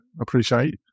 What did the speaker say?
appreciate